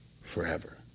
forever